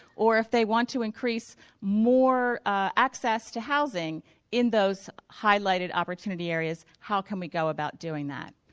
or if they want to increase more access to housing in those highlighted opportunity areas how can we go about doing that?